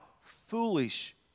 foolish